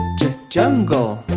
jungle